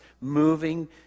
moving